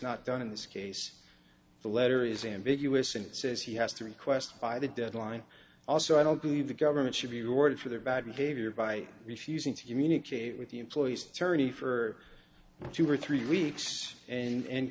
not done in this case the letter is ambiguous and it says he has to request by the deadline also i don't believe the government should be rewarded for their bad behavior by refusing to communicate with the employees tourney for two or three weeks and